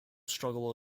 struggle